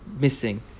missing